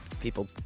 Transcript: people